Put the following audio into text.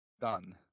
done